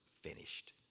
finished